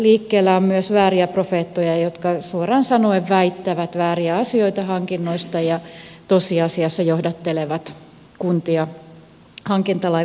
liikkeellä on myös vääriä profeettoja jotka suoraan sanoen väittävät vääriä asioita hankinnoista ja tosiasiassa johdattelevat kuntia hankintalain väärään tulkintaan